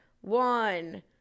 one